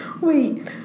Wait